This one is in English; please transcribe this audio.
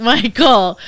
Michael